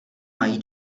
mají